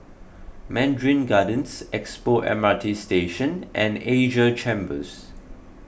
Mandarin Gardens Expo M R T Station and Asia Chambers